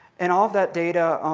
and all that data,